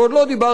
ועוד לא דיברתי,